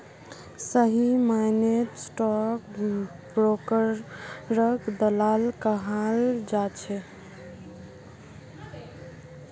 सही मायनेत स्टाक ब्रोकरक दलाल कहाल जा छे